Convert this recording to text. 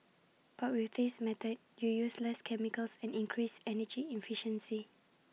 but with this method you use less chemicals and increase energy efficiency